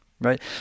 Right